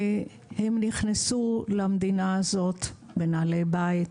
הם נכנסו למדינה הזאת בנעלי בית,